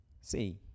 see